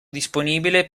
disponibile